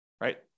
right